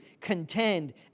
contend